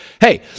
Hey